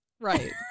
Right